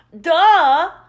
Duh